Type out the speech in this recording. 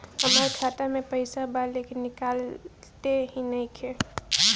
हमार खाता मे पईसा बा लेकिन निकालते ही नईखे?